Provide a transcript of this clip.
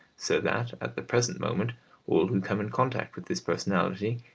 so that at the present moment all who come in contact with his personality,